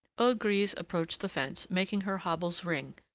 old grise approached the fence, making her hopples ring,